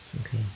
Okay